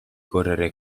correre